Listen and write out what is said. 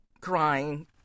crying